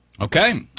Okay